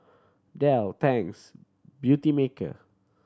Dell Tangs Beautymaker